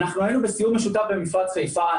אנחנו היינו בסיור משותף במפרץ חיפה.